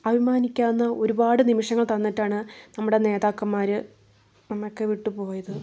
അഭിമാനിക്കാവുന്ന ഒരുപാട് നിമിഷങ്ങൾ തന്നിട്ടാണ് നമ്മുടെ നേതാക്കന്മാർ നമ്മെയൊക്കെ വിട്ട് പോയത്